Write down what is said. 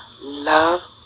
love